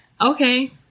okay